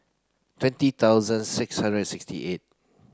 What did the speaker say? twenty thousand six hundred sixty eight